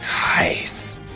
Nice